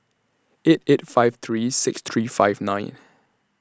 eight eight five three six three five nine